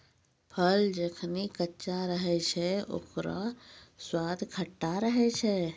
फल जखनि कच्चा रहै छै, ओकरौ स्वाद खट्टा रहै छै